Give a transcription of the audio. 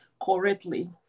correctly